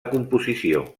composició